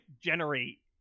generate